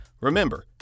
Remember